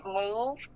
move